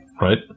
Right